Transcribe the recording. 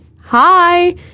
hi